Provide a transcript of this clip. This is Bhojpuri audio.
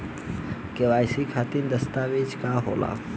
के.वाइ.सी खातिर जरूरी दस्तावेज का का होला?